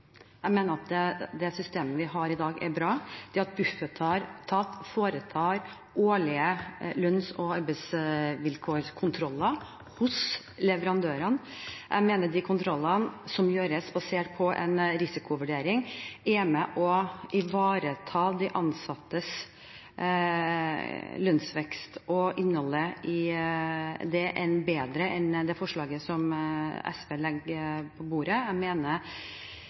Jeg mener at det systemet vi har i dag, er bra, det at Bufetat foretar årlige kontroller av lønns- og arbeidsvilkår hos leverandørene. Jeg mener at de kontrollene som gjøres basert på en risikovurdering er med på å ivareta de ansattes lønnsvekst og innholdet i det bedre enn det forslaget som SV har lagt på bordet. Jeg mener